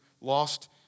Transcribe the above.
lost